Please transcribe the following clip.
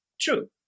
true